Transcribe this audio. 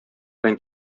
белән